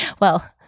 Well-